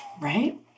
Right